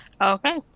okay